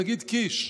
נגיד קיש,